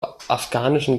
afghanischen